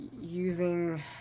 using